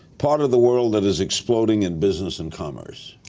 part of the world that is exploding in business and commerce?